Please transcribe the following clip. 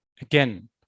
again